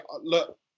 look